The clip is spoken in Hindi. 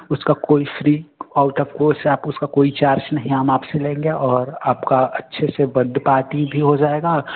उसका कोई फ्री आउट ऑफ कोर्स से आप उसका कोई चार्ज नहीं हम आपसे लेंगे और आपका अच्छे से बड्डे पार्टी भी हो जाएगा